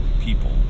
people